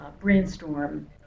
brainstorm